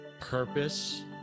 purpose